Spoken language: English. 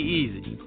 easy